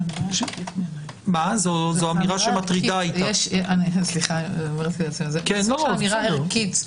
זה סוג של אמירה ערכית.